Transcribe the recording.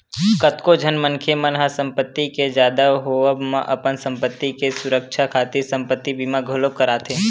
कतको झन मनखे मन ह संपत्ति के जादा होवब म अपन संपत्ति के सुरक्छा खातिर संपत्ति बीमा घलोक कराथे